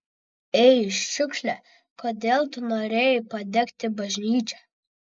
ei šiukšle kodėl tu norėjai padegti bažnyčią